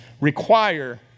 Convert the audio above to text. require